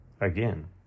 again